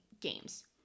games